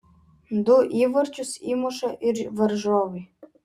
du įvarčius įmuša ir varžovai